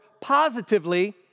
positively